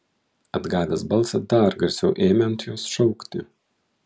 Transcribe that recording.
atgavęs balsą dar garsiau ėmė ant jos šaukti